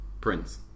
Prince